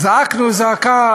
זעקנו זעקה